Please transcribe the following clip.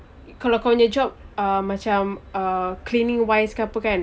kalau kau punya job uh macam uh cleaning wise ke apa kan